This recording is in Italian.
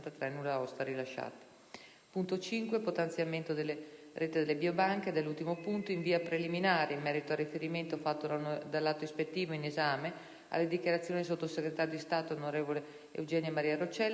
il potenziamento della rete di biobanche. In via preliminare, in merito al riferimento fatto dall'atto ispettivo in esame alle dichiarazioni del sottosegretario di Stato, onorevole Eugenia Maria Roccella, mi corre l'obbligo di precisare: